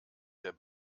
der